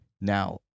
Now